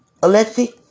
Alexi